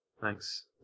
Thanks